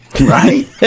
Right